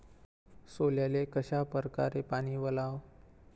सोल्याले कशा परकारे पानी वलाव?